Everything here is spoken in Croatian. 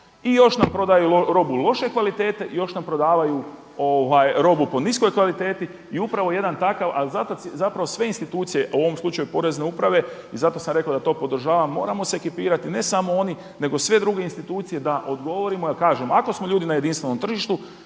i još nam prodaju robu loše kvalitete i još nam prodaju robu po niskoj kvaliteti. I upravo jedan takav, ali zapravo sve institucije, a u ovom slučaju porezne uprave i zato sam rekao da to podržavam, moramo se ekipirati, ne samo oni nego sve druge institucije da odgovorimo. Jer kažem ako smo ljudi na jedinstvenom tržištu